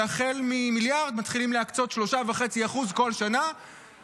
והחל ממיליארד מתחילים להקצות 3.5% -- כמה כסף יש בה?